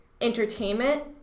entertainment